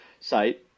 site